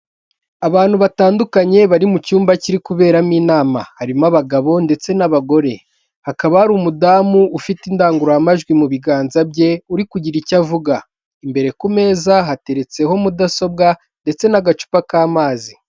Abantu batandukanye bari mu cyumba kiri kuberamo inama, harimo abagabo ndetse n'abagore, hakaba ari umudamu ufite indangururamajwi mu biganza bye uri kugira icyo avuga, imbere ku meza hateretseho mudasobwa ndetse n'agacupa k'amazi.